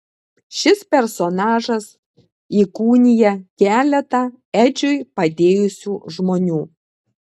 šis personažas įkūnija keletą edžiui padėjusių žmonių